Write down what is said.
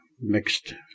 mixed